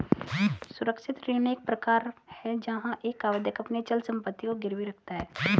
सुरक्षित ऋण एक प्रकार है जहां एक आवेदक अपनी अचल संपत्ति को गिरवी रखता है